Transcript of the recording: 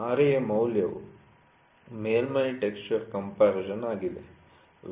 Ra ಮೌಲ್ಯವು ಮೇಲ್ಮೈ texture comparison ಆಗಿದೆ